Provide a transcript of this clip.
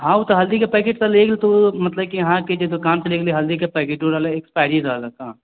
हॅं ओ तऽ हल्दी के पैकेट लेली तऽ ओ मतलब कि अहाँ के जे दोकान सऽ लेली हल्दी के पैकिट रहलै एक्स्पैरी रहलै